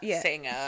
Singer